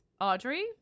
Audrey